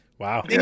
Wow